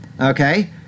okay